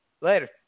Later